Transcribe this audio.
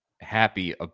happy